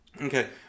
okay